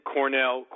Cornell